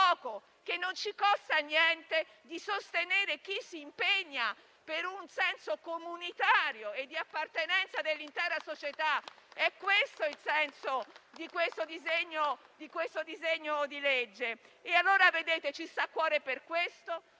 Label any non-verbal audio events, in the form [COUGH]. che non ci costa niente, di sostenere chi si impegna per un senso comunitario e di appartenenza all'intera società. [APPLAUSE] È questo il senso di questo disegno di legge. Ci sta a cuore per questo,